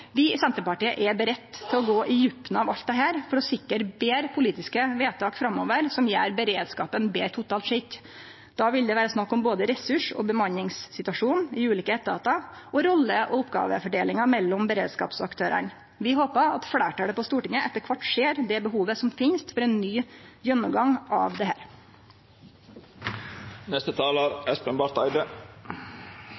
Vi i Senterpartiet er klare til å gå i djupna av alt dette for å sikre betre politiske vedtak framover som gjer beredskapen betre totalt sett. Då vil det vere snakk om både ressurs- og bemanningssituasjonen i ulike etatar og rolle- og oppgåvefordelinga mellom beredskapsaktørane. Vi håpar at fleirtalet på Stortinget etter kvart ser det behovet som finst for ein ny gjennomgang av dette. Klimakrisen er over oss nå. Det